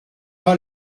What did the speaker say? pas